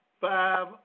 five